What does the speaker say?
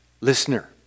listener